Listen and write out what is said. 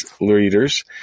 leaders